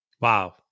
Wow